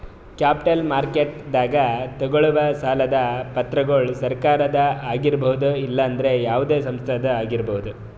capital ಮಾರ್ಕೆಟ್ದಾಗ್ ತಗೋಳವ್ ಸಾಲದ್ ಪತ್ರಗೊಳ್ ಸರಕಾರದ ಆಗಿರ್ಬಹುದ್ ಇಲ್ಲಂದ್ರ ಯಾವದೇ ಸಂಸ್ಥಾದ್ನು ಆಗಿರ್ಬಹುದ್